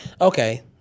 Okay